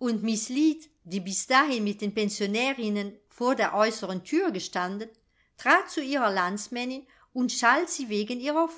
und miß lead die bis dahin mit den pensionärinnen vor der äußeren thür gestanden trat zu ihrer landsmännin und schalt sie wegen ihrer